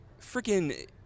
freaking